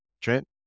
Trent